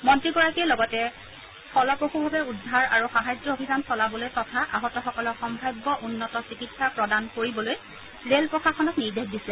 মন্ত্ৰীগৰাকীয়ে লগতে ফলপ্ৰসুভাৱে উদ্ধাৰ আৰু সাহায্য অভিযান চলাবলৈ তথা আহতসকলক সম্ভাব্য উন্নত চিকিৎসা প্ৰদান কৰিবলৈ ৰেল প্ৰশাসনক নিৰ্দেশ দিছে